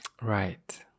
Right